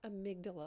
amygdala